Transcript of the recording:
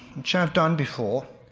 which i've done before,